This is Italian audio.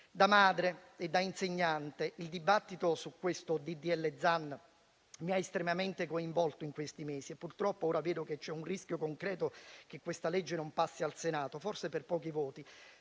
Da madre e da insegnante il dibattito su questo ddl Zan mi ha estremamente coinvolto in questi mesi e purtroppo ora vedo che c'è un rischio concreto che questa legge non passi al Senato, forse per pochi voti.